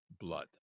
blood